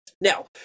Now